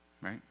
Right